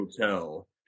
Hotel